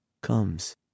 comes